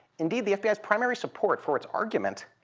indeed, the fbi's primary support for its argument